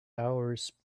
hours